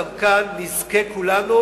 כך גם כאן נזכה כולנו,